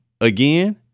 again